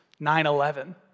9-11